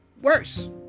worse